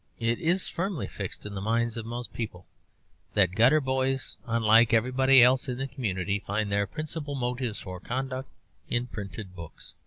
it is firmly fixed in the minds of most people that gutter-boys, unlike everybody else in the community, find their principal motives for conduct in printed books.